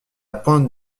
pointe